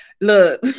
look